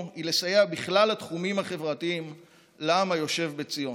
היא לסייע בכלל התחומים החברתיים לעם היושב בציון.